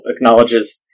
acknowledges